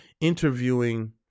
interviewing